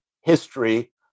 history